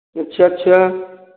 अच्छा अच्छा